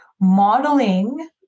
modeling